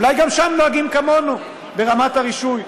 אולי גם שם נוהגים כמונו ברמת הרישוי?